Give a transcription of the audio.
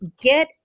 get